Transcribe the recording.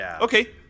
Okay